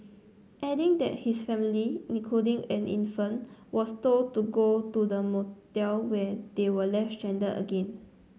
adding that his family including an infant was told to go to the motel where they were left stranded again